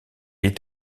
est